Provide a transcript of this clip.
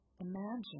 imagine